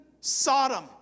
Sodom